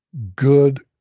good,